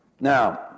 Now